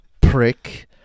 prick